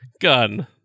Gun